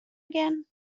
again